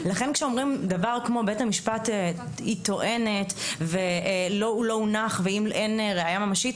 לכן כשאומרים דבר כמו "היא טוענת" ו"הוא לא הונח" ו"אם אין ראיה ממשית",